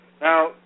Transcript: Now